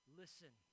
listen